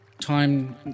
time